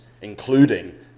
including